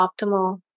optimal